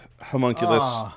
homunculus